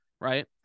right